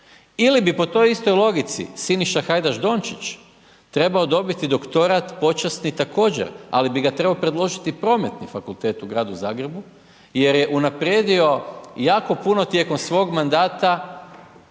Ili bi po toj istoj logici Siniša Hajdaš Dončić trebao dobiti doktorat počasni također, ali bi ga trebao predložiti Prometni fakultet u Gradu Zagrebu jer je unaprijedio jako puno tijekom svog mandata